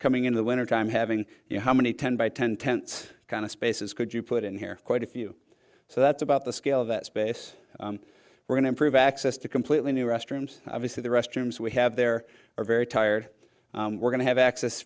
coming in the wintertime having you know how many ten by ten tents kind of spaces could you put in here quite a few so that's about the scale of that space we're going to improve access to completely new restrooms obviously the restrooms we have there are very tired and we're going to have access